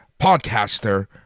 podcaster